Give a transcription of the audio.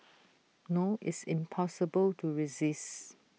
no IT is impossible to resist